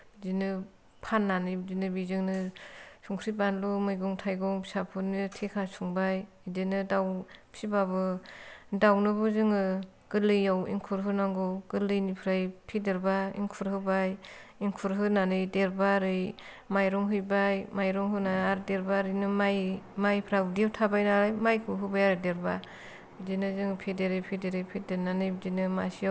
फाननानै बेजोंनो बिदिनो संख्रि बानलु मैगं थाइगं फिसाफोरनो थेखा सुंबाय बिदिनो दाउ फिसिब्लाबो दाउनोबो जोङो गोरलैयाव एंखुर होनांगौ गोरलैनिफ्राय फेदेरब्ला एंखुर होबाय एंखुर होनानै देरब्ला ओरै माइरं होबाय माइरं होनानै आरो देरब्ला माइ माइफोरा उदैयाव थाबाय नालाय माइखौ होबाय आरो देरब्ला बिदिनो जों फेदेरै फेदेरै फेदेरै फेदेरनानै बिदिनो मासेयाव